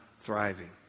thriving